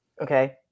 Okay